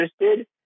interested